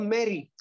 Mary